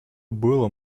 было